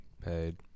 Paid